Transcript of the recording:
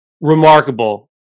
remarkable